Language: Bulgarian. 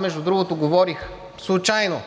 Между другото, говорих случайно